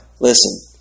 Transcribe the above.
Listen